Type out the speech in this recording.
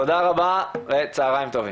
תודה רבה וצהריים טובים.